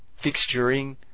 Fixturing